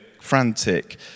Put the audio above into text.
frantic